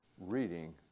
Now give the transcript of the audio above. reading